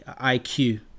IQ